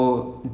okay